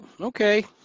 okay